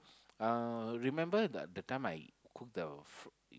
uh remember the the time I cooked the food